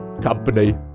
company